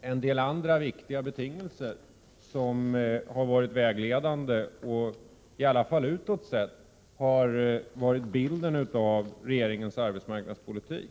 en del andra viktiga betingelser som har varit vägledande och i alla fall utåt sett har varit bilden av regeringens arbetsmarknadspolitik.